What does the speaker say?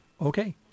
okay